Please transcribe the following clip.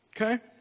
Okay